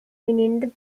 winning